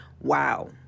Wow